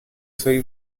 suoi